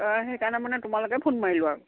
অঁ সেইকাৰণে মানে তোমালৈকে ফোন মাৰোঁ আৰু